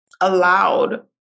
allowed